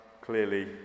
clearly